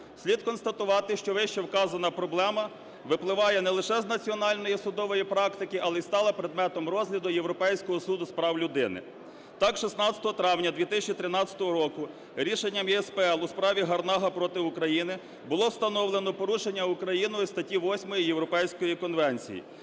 Слід констатувати, що вищевказана проблема випливає не лише з національної судової практики, але й стала предметом розгляду Європейського суду з прав людини. Так, 16 травня 2013 року рішенням ЄСПЛ у справі "Гарнага проти України" було встановлено порушення Україною статті 8 Європейської конвенції,